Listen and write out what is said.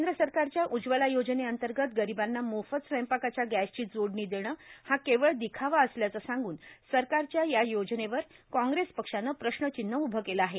केंद्र सरकारच्या उज्ज्वला योजनेअंतर्गत गरिबांना मोफत स्वयंपाकाच्या गॅसची जोडणी देणं हा केवळ दिखावा असल्याचं सांगून सरकारच्या या योजनेवर काँग्रेस पक्षानं प्रश्नचिन्ह उभं केलं आहे